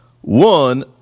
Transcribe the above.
One